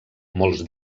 molts